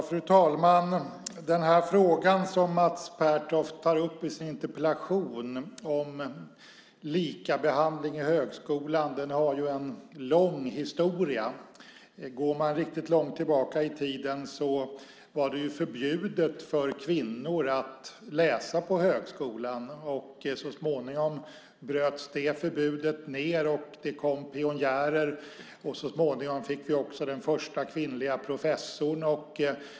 Fru talman! Den fråga om likabehandling i högskolan som Mats Pertoft tar upp i sin interpellation har en lång historia. Går man riktigt långt tillbaka i tiden var det förbjudet för kvinnor att läsa på högskolan. Så småningom bröts det förbudet ned. Det kom pionjärer. Så småningom fick vi också den första kvinnliga professorn.